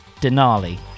Denali